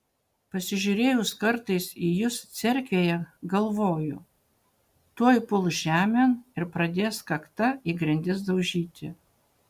pasižiūrėjus kartais į jus cerkvėje galvoju tuoj puls žemėn ir pradės kakta į grindis daužyti